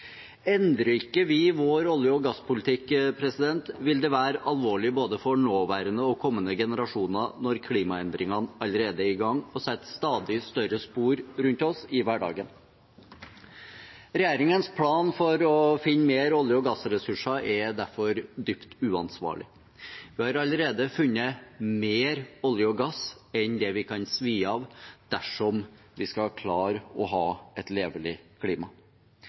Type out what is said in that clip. olje- og gasspolitikken vår, vil det være alvorlig for både nåværende og kommende generasjoner når klimaendringene allerede er i gang og setter stadig større spor rundt oss i hverdagen. Regjeringens plan for å finne mer olje- og gassressurser er derfor dypt uansvarlig. Vi har allerede funnet mer olje og gass enn vi kan svi av dersom vi skal klare å ha et levelig klima.